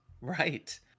Right